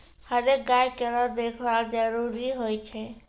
हरेक गाय केरो देखभाल जरूरी होय छै